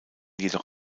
jedoch